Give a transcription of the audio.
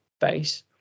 base